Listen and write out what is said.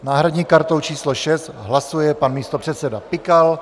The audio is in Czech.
S náhradní kartou číslo 6 hlasuje pan místopředseda Pikal.